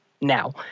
now